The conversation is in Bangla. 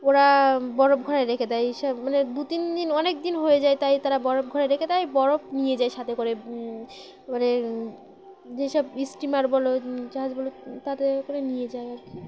ওরা বরফ ঘরে রেখে দেয় এই সব মানে দু তিন দিন অনেক দিন হয়ে যায় তাই তারা বরফ ঘরে রেখে দেয় বরফ নিয়ে যায় সাথে করে মানে যে সব স্টিমার বলো চাষ বল তাতে করে নিয়ে যায় আর কী